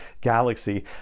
galaxy